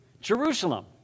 Jerusalem